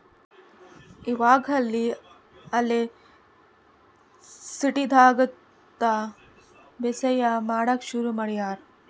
ಇವಾಗ್ ಹಳ್ಳಿ ಅಲ್ದೆ ಸಿಟಿದಾಗ್ನು ಬೇಸಾಯ್ ಮಾಡಕ್ಕ್ ಶುರು ಮಾಡ್ಯಾರ್